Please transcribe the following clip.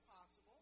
possible